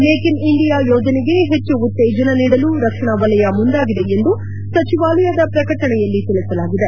make in India ಯೋಜನೆಗೆ ಹೆಚ್ಚು ಉತ್ತೇಜನ ನೀಡಲು ರಕ್ಷಣಾ ವಲಯ ಮುಂದಾಗಿದೆ ಎಂದು ಸಚಿವಾಲಯದ ಪ್ರಕಟಣೆಯಲ್ಲಿ ತಿಳಿಸಲಾಗಿದೆ